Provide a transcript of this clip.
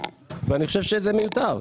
ואני חושב שזה מיותר,